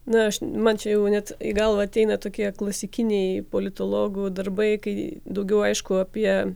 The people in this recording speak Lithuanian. na man čia jau net į galvą ateina tokie klasikiniai politologų darbai kai daugiau aišku apie